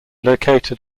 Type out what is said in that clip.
located